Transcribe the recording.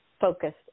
focused